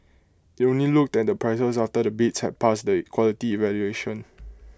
IT only looked at the prices after the bids had passed the quality evaluation